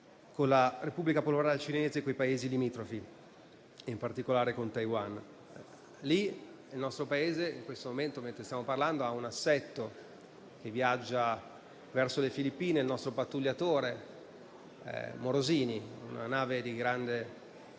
con la Repubblica Popolare Cinese e con i Paesi limitrofi, in particolare con Taiwan. Lì il nostro Paese, in questo momento, ha un assetto che viaggia verso le Filippine. Si tratta del nostro pattugliatore Morosini, una nave di grande